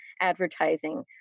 advertising